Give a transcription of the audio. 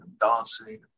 dancing